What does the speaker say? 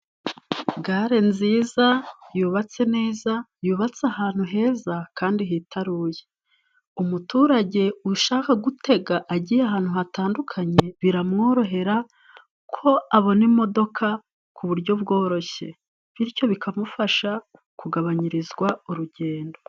Gare nziza yubatse neza yubatse ahantu heza kandi hitaruye umuturage ushaka gutega agiye ahantu hatandukanye, biramworohera ko abona imodoka ku buryo bworoshye bityo bikamufasha kugabanyirizwa urugendo.